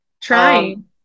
Trying